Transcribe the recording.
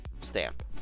stamp